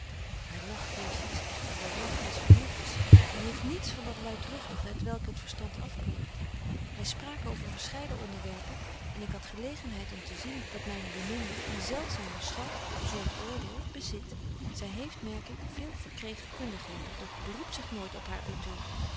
haar lach keesje is echter de lach des vernufts en heeft niets van dat luidruchtige t welke het verstand afkeurt wy spraken over verscheiden onderwerpen en ik had gelegenheid om te zien dat myne beminde dien zeldzamen schat gezont oordeel bezit zy heeft merk ik veel verkregen kundigheden doch beroept zich nooit op haar auteur